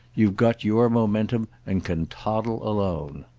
you've got your momentum and can toddle alone.